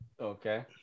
Okay